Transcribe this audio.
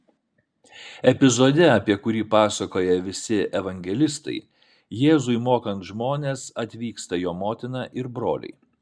epizode apie kurį pasakoja visi evangelistai jėzui mokant žmones atvyksta jo motina ir broliai